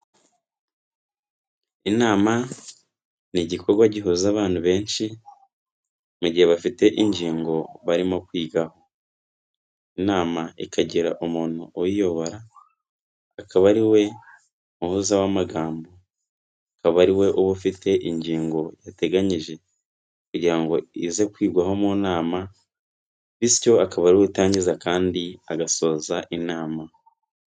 Inama ni igikorwa gihuza abantu benshi mu gihe bafite ingingo barimo kwigaho, inama ikagira umuntu uyiyobora, akaba ari we muhuza w'amagambo, akaba ari we uba ufite ingingo yateganyije kugira ngo ize kwigwaho mu nama, bityo akaba ari we utangiza kandi agasoza inama.